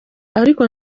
ariko